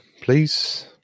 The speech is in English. please